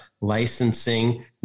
licensing